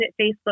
Facebook